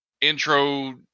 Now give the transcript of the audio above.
intro